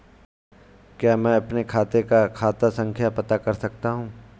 क्या मैं अपने खाते का खाता संख्या पता कर सकता हूँ?